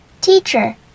Teacher